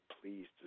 pleased